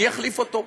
מי יחליף אותו?